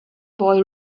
boy